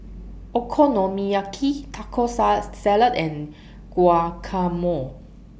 Okonomiyaki Taco sar Salad and Guacamole